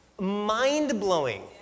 mind-blowing